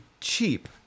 cheap